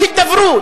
הידברות,